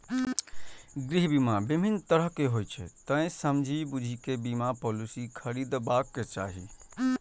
गृह बीमा विभिन्न तरहक होइ छै, तें समझि बूझि कें बीमा पॉलिसी खरीदबाक चाही